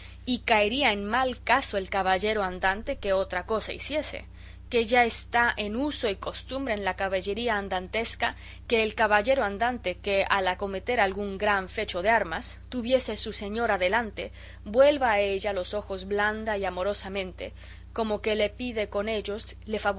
y caería en mal caso el caballero andante que otra cosa hiciese que ya está en uso y costumbre en la caballería andantesca